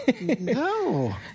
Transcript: No